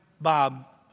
Bob